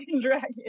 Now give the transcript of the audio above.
dragon